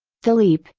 the leap,